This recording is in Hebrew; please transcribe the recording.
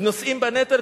נושאים בנטל,